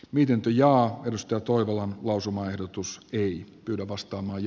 viidenteen ja edustettuna lausumaehdotus ei kyllä vastaamaan